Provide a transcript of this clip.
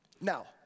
Now